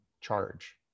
charge